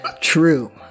true